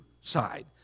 side